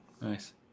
Nice